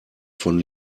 von